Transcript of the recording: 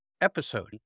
episode